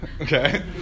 Okay